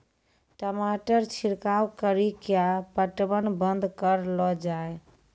टमाटर छिड़काव कड़ी क्या पटवन बंद करऽ लो जाए?